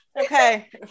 Okay